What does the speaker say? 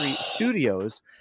studios